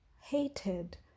hated